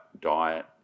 diet